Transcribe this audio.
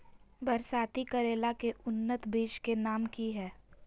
बरसाती करेला के उन्नत बिज के नाम की हैय?